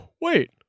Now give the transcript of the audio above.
wait